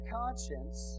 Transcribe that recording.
conscience